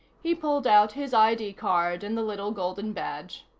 he pulled out his id card and the little golden badge.